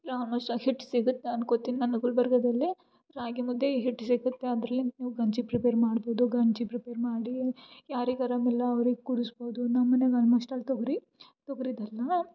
almost all ಹಿಟ್ಟು ಸಿಗುತ್ತೆ ಅನ್ಕೋಂತೀನಿ ನಾನು ಗುಲ್ಬರ್ಗದಲ್ಲಿ ರಾಗಿಮುದ್ದೆ ಹಿಟ್ಟು ಸಿಗುತ್ತೆ ಅದರಲ್ಲಿ ನೀವು ಗಂಜಿ ಪ್ರಿಪೇರ್ ಮಾಡ್ಬೌದು ಗಂಜಿ ಪ್ರಿಪೇರ್ ಮಾಡಿ ಯಾರಿಗೆ ಅರಾಮಿಲ್ಲ ಅವ್ರಿಗೆ ಕುಡಿಸ್ಬೌದು ನಮ್ಮನ್ಯಾಗೆ ಆಲ್ಮೋಸ್ಟ್ಆ ಆಲ್ ತೊಗರಿ ತೊಗರಿ ಬೆಲ್ಲ